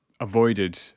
avoided